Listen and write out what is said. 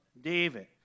david